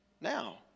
now